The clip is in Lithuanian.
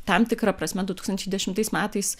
tam tikra prasme du tūkstančiai dešimtais metais